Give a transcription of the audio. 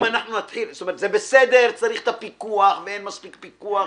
זה בסדר, צריך את הפיקוח נכון, ואין מספיק פיקוח,